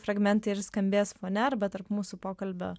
fragmentai ir skambės fone arba tarp mūsų pokalbio